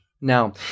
Now